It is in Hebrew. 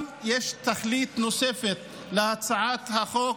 גם יש תכלית נוספת להצעת החוק,